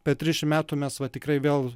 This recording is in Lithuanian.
per trisdešimt metų mes va tikrai vėl